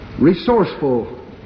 resourceful